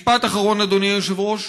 משפט אחרון, אדוני היושב-ראש: